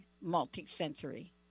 multi-sensory